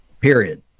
period